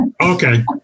Okay